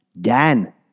Dan